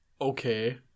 Okay